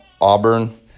Auburn